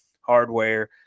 hardware